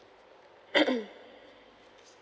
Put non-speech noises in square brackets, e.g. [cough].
[coughs]